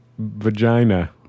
vagina